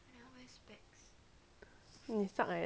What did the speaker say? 你 suck leh jessie